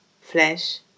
flesh